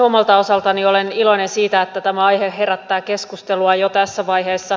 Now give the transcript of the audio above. omalta osaltani olen iloinen siitä että tämä aihe herättää keskustelua jo tässä vaiheessa